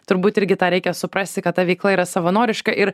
turbūt irgi tą reikia suprasti kad ta veikla yra savanoriška ir